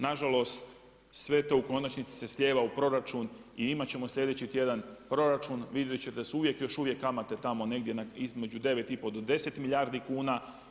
Na žalost sve to u konačnici se slijeva u proračun i imat ćemo sljedeći tjedan proračun vidjet ćete da su uvijek još uvijek kamate tamo negdje između 9 i pol do 10 milijardi kuna.